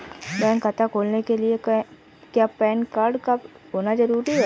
Bank खाता खोलने के लिए क्या पैन कार्ड का होना ज़रूरी है?